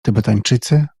tybetańczycy